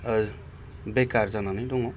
बेखार जानानै दङ